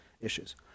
issues